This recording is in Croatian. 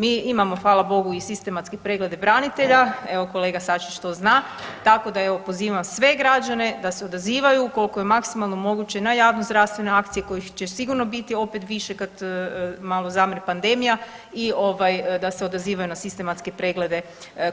Mi imamo hvala Bogu i sistematske preglede branitelja, evo kolega Sačić to zna, tako da pozivam sve građane da se odazivaju koliko je maksimalno moguće na javnozdravstvene akcije kojih će sigurno biti opet više kad malo zamre pandemija i da se odazivaju na sistematske preglede